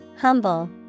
Humble